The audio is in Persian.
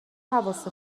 حواس